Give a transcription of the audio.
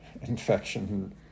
infection